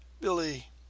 Billy